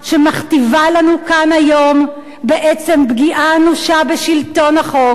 שמכתיבה לנו כאן היום בעצם פגיעה אנושה בשלטון החוק,